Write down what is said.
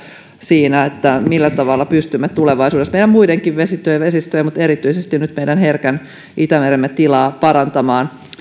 siinä millä tavalla pystymme tulevaisuudessa meidän muidenkin vesistöjen vesistöjen mutta erityisesti nyt meidän herkän itämeremme tilaa parantamaan